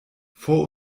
vor